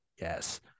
Yes